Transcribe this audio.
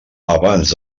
abans